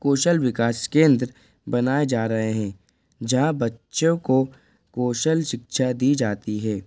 कौशल विकास केंद्र बनाए जा रहे हैं जहाँ बच्चों को कौशल शिक्षा दी जाती है